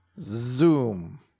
Zoom